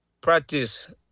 practice